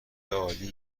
عالی